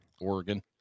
Oregon